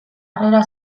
harrera